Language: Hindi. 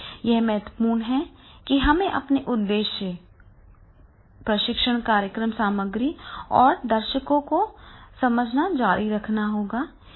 यह महत्वपूर्ण है कि हमें अपने उद्देश्य उद्देश्य प्रशिक्षण कार्यक्रम सामग्री और दर्शकों को समझना जारी रखना चाहिए